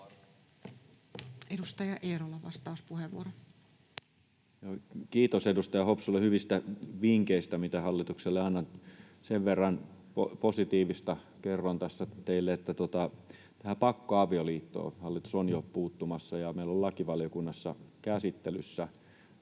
Time: 19:12 Content: Kiitos edustaja Hopsulle hyvistä vinkeistä, mitä hallitukselle annatte. Sen verran positiivista kerron tässä teille, että tähän pakkoavioliittoon hallitus on jo puuttumassa ja meillä on lakivaliokunnassa käsittelyssä